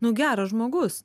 nu geras žmogus